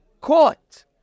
caught